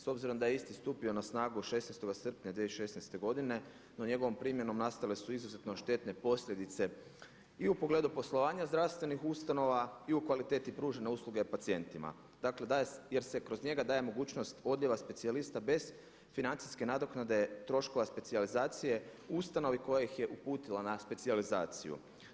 S obzirom da je isti stupio na snagu 16. srpnja 2016. godine no njegovom primjenom nastale su izuzetno štetne posljedice i u pogledu poslovanja zdravstvenih ustanova i u kvaliteti pružene usluge pacijentima jer se kroz njega daje mogućnost odljeva specijalista bez financijske nadoknade troškova specijalizacije u ustanovi koja ih je uputila na specijalizaciju.